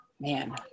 Man